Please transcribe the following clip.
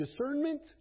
discernment